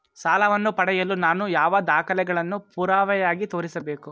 ಸಾಲವನ್ನು ಪಡೆಯಲು ನಾನು ಯಾವ ದಾಖಲೆಗಳನ್ನು ಪುರಾವೆಯಾಗಿ ತೋರಿಸಬೇಕು?